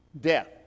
death